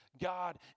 God